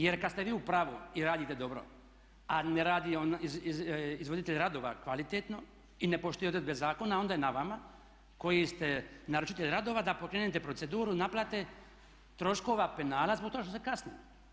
Jer kad ste vi u pravu i radite dobro, a ne radi izvoditelj radova kvalitetno i ne poštuje odredbe zakona, onda je na vama koji ste naručitelj radova da pokrenete proceduru naplate troškova penala zbog toga što se kasnilo.